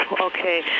Okay